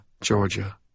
Georgia